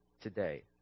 today